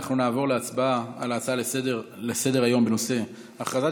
אנחנו נעבור להצבעה על ההצעה לסדר-היום בנושא: הכרזת